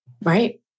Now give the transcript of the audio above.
Right